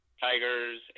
Tigers